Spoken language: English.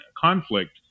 conflict